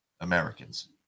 Americans